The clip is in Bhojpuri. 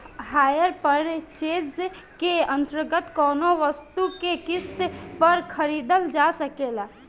हायर पर्चेज के अंतर्गत कौनो वस्तु के किस्त पर खरीदल जा सकेला